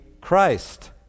Christ